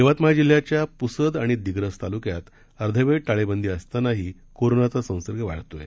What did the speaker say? यवतमाळ जिल्ह्याच्या प्सद आणि दिग्रस तालुक्यात अर्धवेळ टाळेबंदी असतानाही कोरोनाचा संसर्ग वाढत आहे